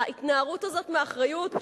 ההתנערות הזאת מאחריות,